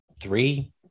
three